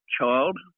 child